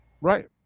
right